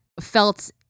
felt